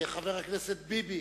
חבר הכנסת ביבי.